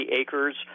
acres